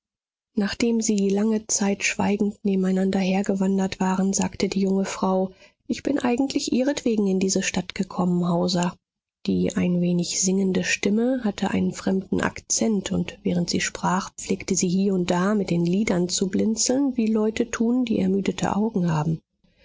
nachdem sie lange zeit schweigend nebeneinander her gewandert waren sagte die junge frau ich bin eigentlich ihretwegen in diese stadt gekommen hauser die ein wenig singende stimme hatte einen fremden akzent und während sie sprach pflegte sie hie und da mit den lidern zu blinzeln wie leute tun die ermüdete augen haben